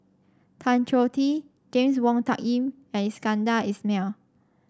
Tan Choh Tee James Wong Tuck Yim and Iskandar Ismail